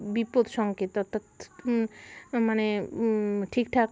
বিপদ সঙ্কেত অর্থাৎ মানে ঠিকঠাক